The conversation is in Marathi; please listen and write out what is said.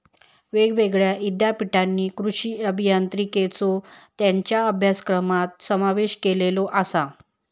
येगयेगळ्या ईद्यापीठांनी कृषी अभियांत्रिकेचो त्येंच्या अभ्यासक्रमात समावेश केलेलो आसा